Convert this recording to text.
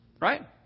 right